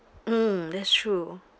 mm that's true